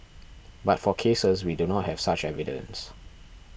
but for cases we do not have such evidence